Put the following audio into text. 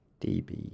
DB